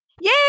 Yay